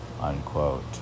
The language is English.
unquote